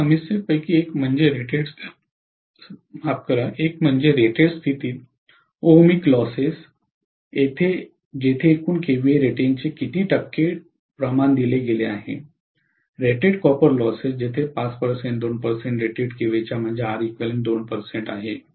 या समस्येपैकी एक म्हणजे रेटेड स्थितीत ओमिक लॉसेस जेथे एकूण केव्हीए रेटिंगचे किती टक्के टक्के प्रमाण दिले गेले रेटेड कॉपर लॉसेस जेथे 5 2 रेटेड केव्हीएच्या म्हणजेच Req 2 आहे